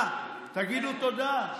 תעשה פיליבסטר, בסדר?